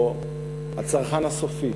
או הצרכן הסופי.